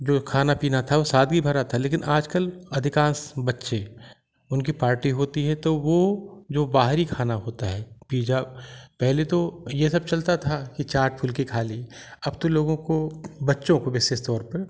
जो खाना पीना था वो सादगी भरा था लेकिन आजकल अधिकांश बच्चे उनकी पार्टी होती है तो वो जो बाहरी खाना होता है पिज्जा पहले तो ये सब चलता था चाट फुलकी खा ली अब तो लोगों को बच्चों को विशेष तौर पर